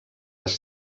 les